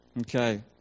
Okay